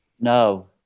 No